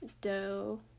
dough